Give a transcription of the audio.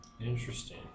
Interesting